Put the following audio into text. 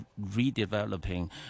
redeveloping